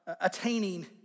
attaining